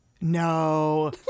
No